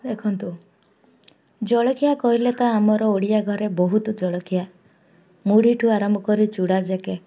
ଦେଖନ୍ତୁ ଜଳଖିଆ କହିଲେ ତ ଆମର ଓଡ଼ିଆ ଘରେ ବହୁତ ଜଳଖିଆ ମୁଢ଼ି ଠୁ ଆରମ୍ଭ କରି ଚୁଡ଼ା ଯାକେ